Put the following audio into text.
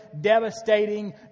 devastating